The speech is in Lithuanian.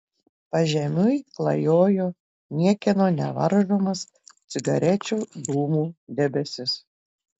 pažemiui klajojo niekieno nevaržomas cigarečių dūmų debesis